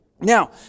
Now